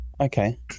Okay